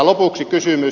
lopuksi kysymys